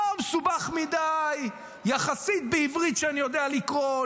לא מסובך מדיי, יחסית, בעברית שאני יודע לקרוא.